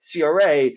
CRA